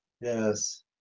Yes